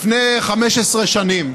לפני 15 שנים,